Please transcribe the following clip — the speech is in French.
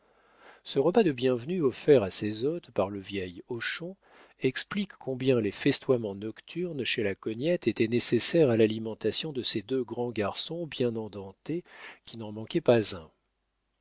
ce repas de bienvenue offert à ses hôtes par le vieil hochon explique combien les festoiements nocturnes chez la cognette étaient nécessaires à l'alimentation de ces deux grands garçons bien endentés qui n'en manquaient pas un